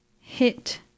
hit